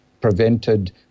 prevented